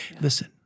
Listen